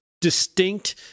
distinct